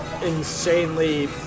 insanely